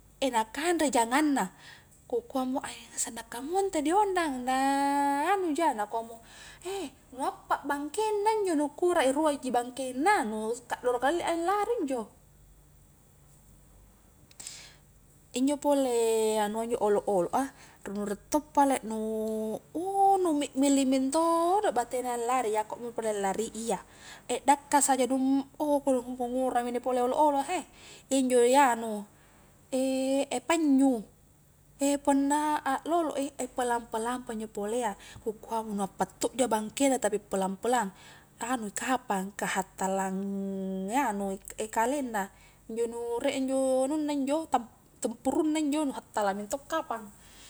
na kanre jangang na, ku kua mo na sanna kamua intu niondang na anuja, nakua mo nu appa bangkeng na injo nu kurek rua ji bangkengna, nu kaddoro kalilli allari injo, injo pole anua injo olo-olo a, ru nurek to pale nu, nu mikmili mentodo batena lari, akokmopole lari iya, dakka saja nu ouh kodong ngkua ngura mi inn pole olo'-olo'a heh, iyanjo anu pannyu', punna aklolo i pelang-peang pa injo polea, ku kua mo nu appa tokja bangkeng na tapi pelang-pelang anui kapang ka hattalang anui kalengna, injo nu riek injo anunna injo tam-tempurung na injo, nu hattala mento' kapang